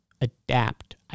Adapt